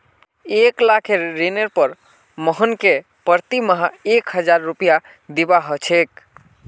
एक लाखेर ऋनेर पर मोहनके प्रति माह एक हजार रुपया दीबा ह छेक